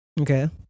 Okay